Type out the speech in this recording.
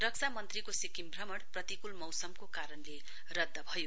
रक्षा मन्त्रीको सिक्किम भ्रमण प्रतिकूल मौसमको कारणले रद्द भयो